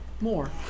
More